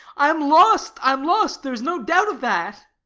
i am lost, i am lost there is no doubt of that.